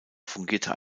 fungierte